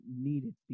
needed